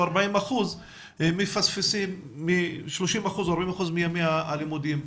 40% מפספסים 30% או 40% מימי הלימודים.